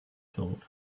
thought